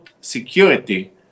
security